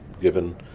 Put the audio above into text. given